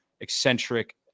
eccentric